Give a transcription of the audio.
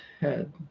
head